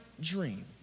dream